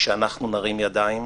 כשאנחנו נרים ידיים,